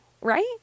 right